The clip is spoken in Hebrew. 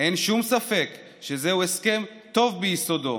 אין שום ספק שזהו הסכם טוב ביסודו,